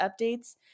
updates